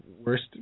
worst